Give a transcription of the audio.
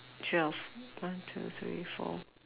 twelve one two three four